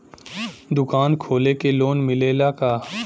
दुकान खोले के लोन मिलेला का?